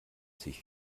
sich